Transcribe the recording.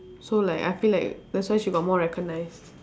so like I feel like that's why she got more recognised